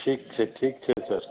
ठीक छै ठीक छै सर